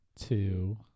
Two